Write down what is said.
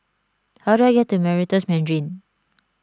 how do I get to Meritus Mandarin